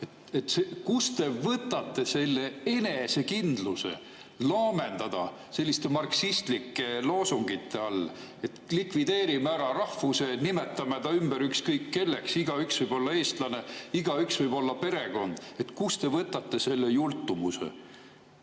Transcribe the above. Kust te võtate selle enesekindluse laamendada selliste marksistlike loosungite all, et likvideerime ära rahvuse, nimetame selle ümber ükskõik milleks, igaüks võib olla eestlane, igaüks võib olla perekond? Kust te võtate selle jultumuse?!